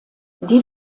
die